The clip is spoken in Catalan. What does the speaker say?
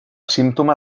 símptoma